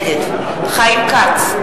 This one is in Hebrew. נגד חיים כץ,